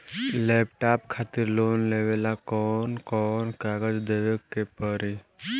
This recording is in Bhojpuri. लैपटाप खातिर लोन लेवे ला कौन कौन कागज देवे के पड़ी?